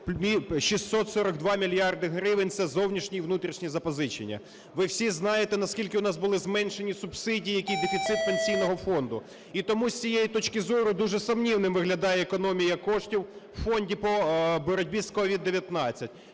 642 мільярди гривень, це зовнішні і внутрішні запозичення. Ви всі знаєте, на скільки в нас були зменшені субсидії, який дефіцит Пенсійного фонду. І тому з цієї точки зору дуже сумнівним виглядає економія коштів в фонді по боротьбі з COVID-19.